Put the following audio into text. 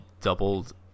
doubled